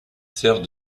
serve